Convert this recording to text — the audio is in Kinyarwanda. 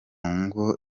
ngo